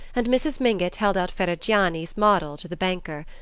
and mrs. mingott held out ferrigiani's model to the banker.